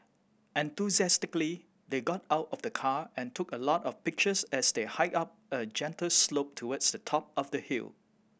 enthusiastically they got out of the car and took a lot of pictures as they hiked up a gentle slope towards the top of the hill